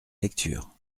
lecture